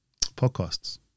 podcasts